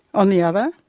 on the other,